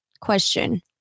question